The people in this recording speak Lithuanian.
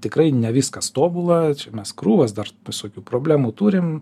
tikrai ne viskas tobula mes krūvas dar visokių problemų turim